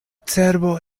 cerbo